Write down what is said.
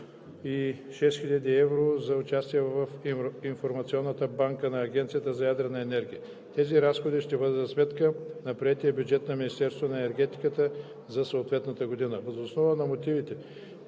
(11 735 лв.) за участие в Информационната банка на Агенцията за ядрена енергия. Тези разходи ще бъдат за сметка на приетия бюджет на Министерството на енергетиката за съответната година. Въз основа на мотивите